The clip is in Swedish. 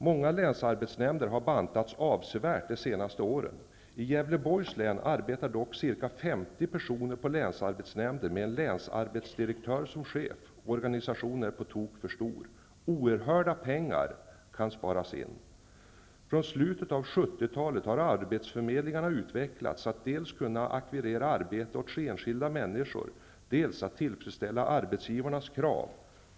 Många länsarbetsnämnder har bantats avsevärt de senaste åren. I Gävleborgs län arbetar dock ca 50 personer på länsarbetsnämnden med en länsarbetsdirektör som chef. Organisationen är på tok för stor. Oerhörda pengar kan sparas in. Från slutet av 70-talet har arbetsförmedlingarna utvecklats för att dels kunna ackvirera arbete åt enskilda människor, dels tillfredsställa arbetsgivarnas krav.